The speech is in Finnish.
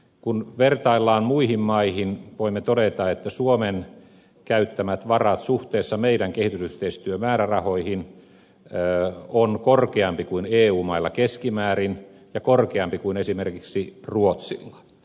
kun vertaillaan muihin maihin voimme todeta että suomen käyttämät varat suhteessa meidän kehitysyhteistyömäärärahoihin ovat korkeammat kuin eu mailla keskimäärin ja korkeammat kuin esimerkiksi ruotsilla